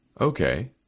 Okay